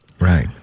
right